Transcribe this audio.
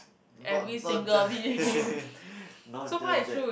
not not just not just that